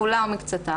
כולה או מקצתה,